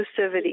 inclusivity